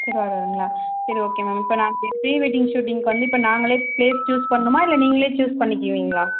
திருவாரூர்ங்களா சரி okay ma'am இப்போ நாங்கள் ப்ரீவெட்டிங் ஷூட்டிங்க்கு வந்து இப்போ நாங்களே ப்ளேஸ் பண்ணணுமா இல்லை நீங்களே சூஸ் பண்ணிக்குவீங்களா